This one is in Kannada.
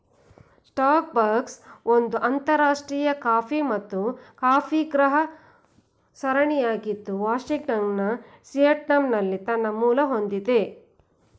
ಸ್ಟಾರ್ಬಕ್ಸ್ ಒಂದು ಅಂತರರಾಷ್ಟ್ರೀಯ ಕಾಫಿ ಮತ್ತು ಕಾಫಿಗೃಹ ಸರಣಿಯಾಗಿದ್ದು ವಾಷಿಂಗ್ಟನ್ನ ಸಿಯಾಟಲ್ನಲ್ಲಿ ತನ್ನ ಮೂಲ ಹೊಂದಿದೆ